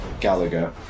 Gallagher